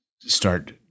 start